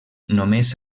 només